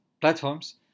platforms